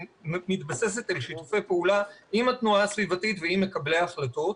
ומתבססת על שיתופי פעולה עם התנועה הסביבתית ועם מקבלי ההחלטות.